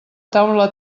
taula